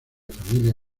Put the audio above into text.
familia